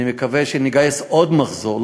אני מקווה שנגייס עוד מחזור,